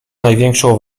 największą